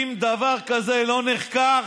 אם דבר כזה לא נחקר,